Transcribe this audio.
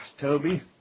Toby